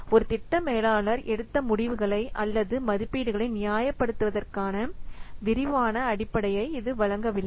ஒரு திட்ட மேலாளர் எடுத்த முடிவுகளை அல்லது மதிப்பீடுகளை நியாயப்படுத்துவதற்கான விரிவான அடிப்படையை இது வழங்கவில்லை